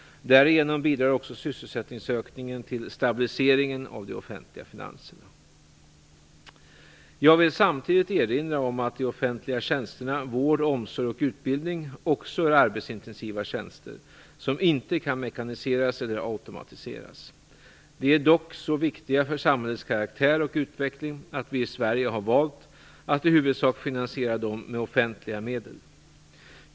Därigenom bidrar också sysselsättningsökningen till stabiliseringen av de offentliga finanserna. Jag vill samtidigt erinra om att de offentliga tjänsterna vård, omsorg och utbildning också är arbetsintensiva tjänster som inte kan mekaniseras eller automatiseras. De är dock så viktiga för samhällets karaktär och utveckling att vi i Sverige har valt att i huvudsak finansiera dem med offentliga medel.